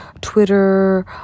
twitter